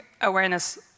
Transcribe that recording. awareness